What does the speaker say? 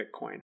Bitcoin